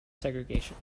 segregation